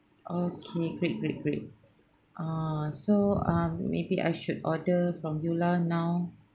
okay great great great uh so um maybe I should order from you lah now